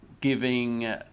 giving